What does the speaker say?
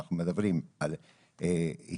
ואנחנו מדברים על ישראלים,